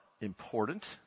important